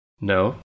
No